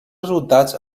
resultats